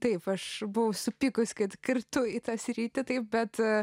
taip aš buvau supykusi kad kirtau į tą sritį taip bet